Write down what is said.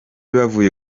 bavuye